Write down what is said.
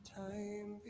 time